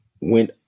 went